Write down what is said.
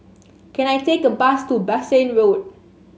can I take a bus to Bassein Road